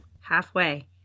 Halfway